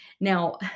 Now